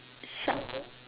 some